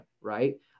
right